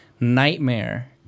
nightmare